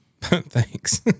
Thanks